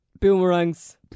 boomerangs